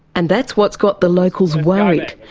and that's what's got the locals worried.